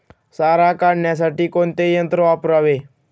सारा काढण्यासाठी कोणते यंत्र वापरावे?